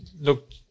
look